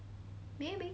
maybe